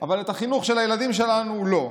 אבל את החינוך של הילדים שלנו, לא.